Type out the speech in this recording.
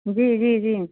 जी जी जी